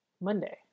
Monday